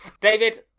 david